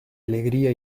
alegría